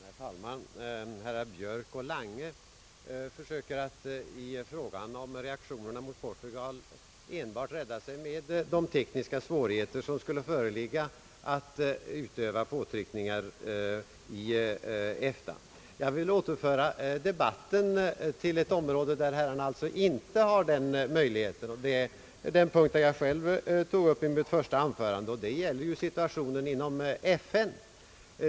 Herr talman! Herrar Björk och Lange försöker att i fråga om reaktionen mot Portugal enbart rädda sig med de tekniska svårigheter som skulle föreligga att utöva påtryckningar inom EFTA. Jag vill återföra debatten till ett område där herrarna inte har den möjligheten, nämligen en punkt som jag tog upp i mitt första anförande och som gäller situationen inom FN.